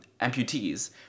amputees